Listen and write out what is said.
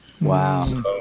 Wow